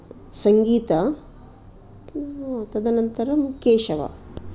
सङ्गीता तदनन्तरं केशव